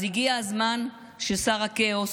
אז הגיע הזמן ששר הכאוס,